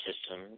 system